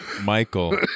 Michael